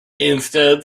instead